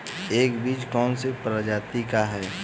यह बीज कौन सी प्रजाति का है?